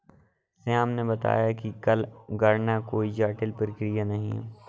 श्याम ने बताया कि कर गणना कोई जटिल प्रक्रिया नहीं है